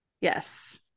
Yes